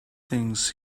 things